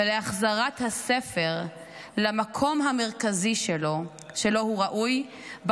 ולהחזרת הספר למקום המרכזי הראוי לו